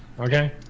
Okay